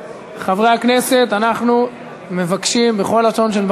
דיברו הרבה לפני ואמרו מה בעצם הארכת הוראת שעה